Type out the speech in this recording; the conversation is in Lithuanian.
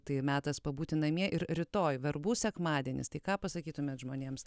tai metas pabūti namie ir rytoj verbų sekmadienis tai ką pasakytumėt žmonėms